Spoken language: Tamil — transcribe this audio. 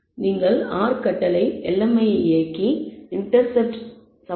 நீங்கள் r கட்டளை lm ஐ இயக்கி இண்டெர்செப்ட் 74